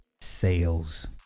sales